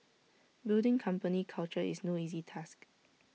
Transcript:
building company culture is no easy task